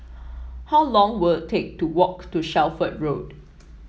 how long were take to walk to Shelford Road